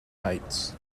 heights